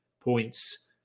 points